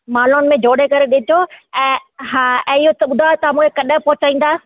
मालाउनि में जोड़े करे ॾिजो ऐं हा ऐं इहो तकदा तव्हां मूंखे कॾहिं पहुचाईंदा